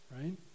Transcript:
right